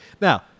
Now